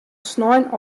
snein